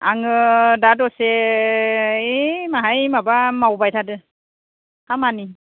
आङो दा दसे ओइ माहाय माबा मावबायथादो खामानि